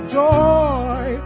joy